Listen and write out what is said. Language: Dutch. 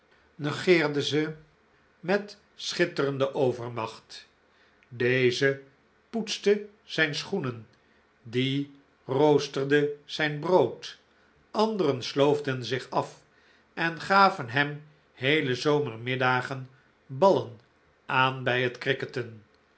negerde ze met schitterende overmacht deze poetste zijn schoenen die roosterde zijn brood anderen sloofden zich af en gaven hem heele zomermiddagen ballen aan bij het cricketen